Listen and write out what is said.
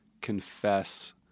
confess